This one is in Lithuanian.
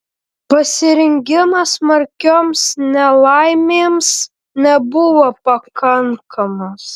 pasirengimas smarkioms nelaimėms nebuvo pakankamas